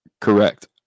Correct